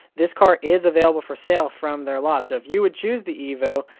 this car is available for sale from their lot, so if you would choose the evo,